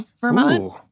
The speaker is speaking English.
Vermont